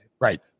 Right